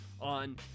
on